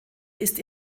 ist